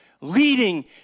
leading